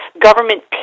government